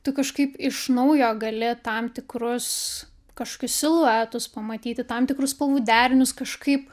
tu kažkaip iš naujo gali tam tikrus kažkokius siluetus pamatyti tam tikrus spalvų derinius kažkaip